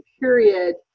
period